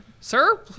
sir